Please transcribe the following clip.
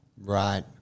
Right